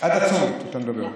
עד הצומת, אתה אומר.